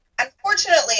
unfortunately